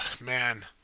man